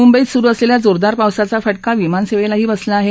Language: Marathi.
मुंबईत सुरु असलेल्या जोरदार पावसाचा फटका विमानसेवेलाही बसला आहे